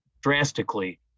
drastically